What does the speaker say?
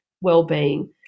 well-being